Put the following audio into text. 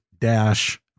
dash